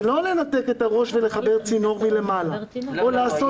זה לא לנתק את הראש ולחבר צינור מלמעלה או לעשות